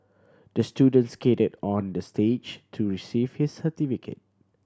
the student skated on the stage to receive his certificate